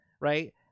right